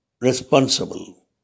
responsible